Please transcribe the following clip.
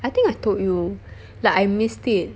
I think I told you like I missed it